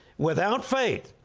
without faith,